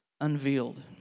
unveiled